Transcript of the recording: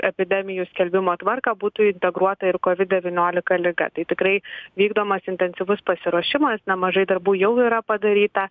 epidemijų skelbimo tvarką būtų integruota ir covid devyniolika liga tai tikrai vykdomas intensyvus pasiruošimas nemažai darbų jau yra padaryta